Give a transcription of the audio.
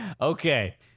Okay